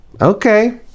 Okay